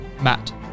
Matt